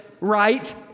right